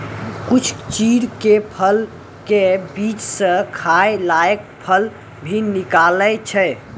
कुछ चीड़ के फल के बीच स खाय लायक फल भी निकलै छै